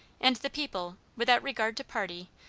and the people, without regard to party,